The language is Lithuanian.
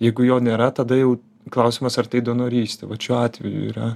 jeigu jo nėra tada jau klausimas ar tai donorystė vat šiuo atveju yra